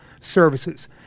services